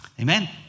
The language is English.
Amen